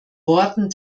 worten